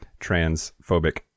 transphobic